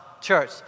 Church